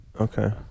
Okay